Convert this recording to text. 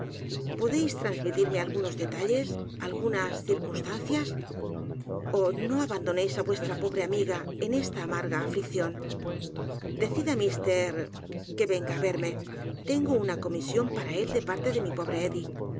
podéis trasmitirme algunos detalles algu ñas circunstancias o h no abandonéis á vues t r a pobre amiga en esta a m a r g a aflicción decid á mr que venga á v e r m e tengo una comisión para él de parte de mi pobre